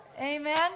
amen